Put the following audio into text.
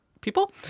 people